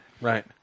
right